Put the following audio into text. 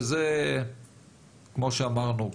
וזה כמו שאמרנו,